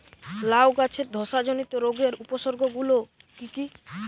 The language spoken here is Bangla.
লাউ গাছের ধসা জনিত রোগের উপসর্গ গুলো কি কি?